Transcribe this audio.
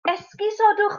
esgusodwch